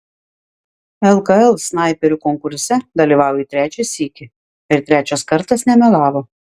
lkl snaiperių konkurse dalyvauju trečią sykį ir trečias kartas nemelavo